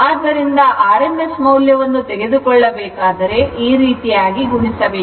ಆದ್ದರಿಂದ rms ಮೌಲ್ಯವನ್ನು ತೆಗೆದುಕೊಳ್ಳಬೇಕಾದರೆ ಈ ರೀತಿ ಗುಣಿಸಬೇಕು